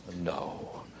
no